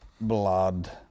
Blood